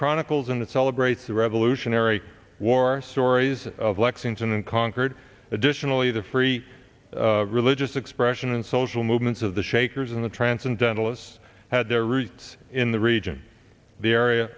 chronicles and it celebrates the revolutionary war stories of lexington and concord additionally the free religious expression and social movements of the shakers in the transcendentalists had their roots in the region the area